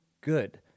Good